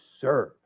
serve